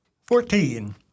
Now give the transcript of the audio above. Fourteen